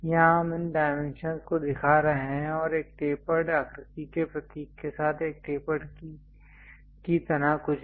यहां हम इन डायमेंशन को दिखा रहे हैं और एक टेपर्ड आकृति के प्रतीक के साथ एक टेपर्ड की तरह कुछ भी